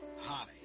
Hi